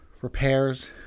repairs